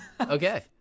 okay